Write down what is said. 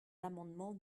l’amendement